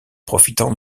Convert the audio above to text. profitant